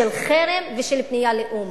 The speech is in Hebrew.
של חרם ושל פנייה לאו"ם.